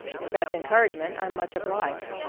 if that's encouragement, i'm much obliged,